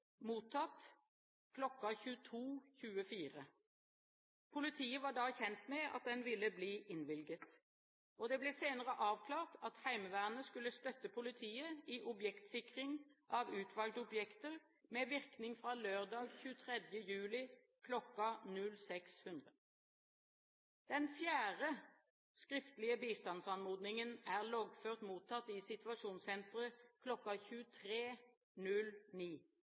Politiet var da kjent med at den ville bli innvilget. Det ble senere avklart at Heimevernet skulle støtte politiet i objektsikring av utvalgte objekter med virkning fra lørdag 23. juli kl. 06.00. Den fjerde skriftlige bistandsanmodningen er loggført mottatt i Situasjonssenteret